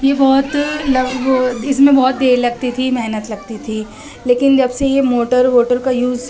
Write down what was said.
یہ بہت وہ اس میں بہت دیر لگتی تھی محنت لگتی تھی لیکن جب سے یہ موٹر ووٹر کا یوز